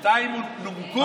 שניים נומקו.